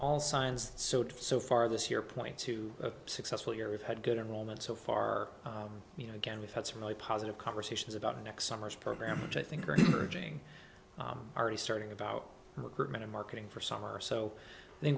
all signs so to so far this year point to a successful year we've had good enrollment so far you know again we've had some really positive conversations about next summer's program which i think are already starting about recruitment and marketing for summer so the